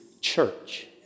church